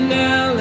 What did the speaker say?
now